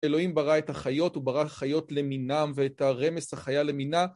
אלוהים ברא את החיות, הוא ברא חיות למינם ואת הרמס החיה למינה.